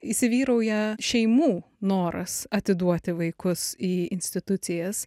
įsivyrauja šeimų noras atiduoti vaikus į institucijas